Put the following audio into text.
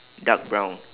dark brown